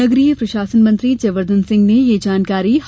नगरीय प्रशासन मंत्री जयवर्धन सिंह ने यह जानकारी दी